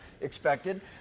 expected